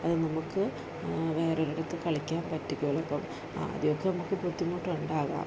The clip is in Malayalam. അതു നമുക്ക് വേറൊരിടത്ത് കളിക്കാൻ പറ്റുകയുള്ളൂ അപ്പോള് ആദ്യമൊക്കെ നമുക്ക് ബുദ്ധിമുട്ടുണ്ടാകാം